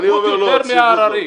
צפיפות זה יותר מההררי.